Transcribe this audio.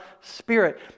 Spirit